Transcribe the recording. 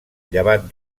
llevat